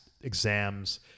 exams